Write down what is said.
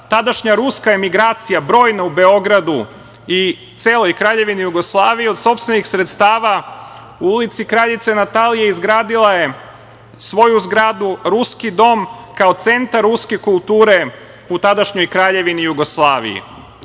Tadašnja ruska emigracija, brojna u Beogradu i celoj Kraljevini Jugoslavije, od sopstvenih sredstava, u ulici Kraljice Natalije, izgradila je svoju zgradu, Ruski dom, kao centar ruske kulture, u tadašnjoj Kraljevini Jugoslaviji. Godine